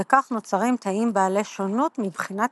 וכך נוצרים תאים בעלי שונות מבחינת